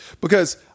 Because-